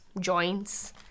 joints